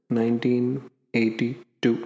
1982